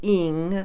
ing